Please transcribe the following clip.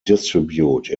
distribute